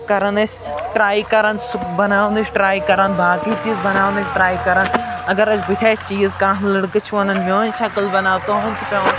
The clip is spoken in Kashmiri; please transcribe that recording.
کَران أسۍ ٹرٛاے کَران سُہ بَناوان أسۍ ٹرٛاے کَران باقٕے چیٖز بَناوٕنٕکۍ ٹرٛاے کَران اگر اَسہِ بٔتھِ آسہِ چیٖز کانٛہہ لٔڑکہٕ چھِ وَنان میٛٲںۍ شَکٕل بَناو چھِ پٮ۪وان